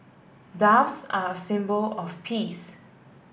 doves are a symbol of peace